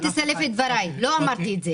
תסלף את דבריי, לא אמרתי את זה.